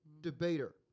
debater